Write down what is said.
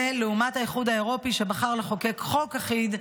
ולעומת האיחוד האירופי, שבחר לחוקק חוק אחיד,